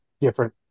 different